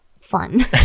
fun